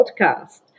podcast